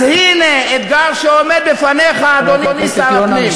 אז הנה אתגר שעומד בפניך, אדוני שר הפנים.